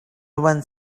went